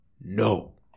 No